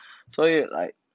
所以 like